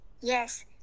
Yes